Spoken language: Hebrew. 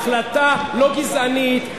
החלטה לא גזענית,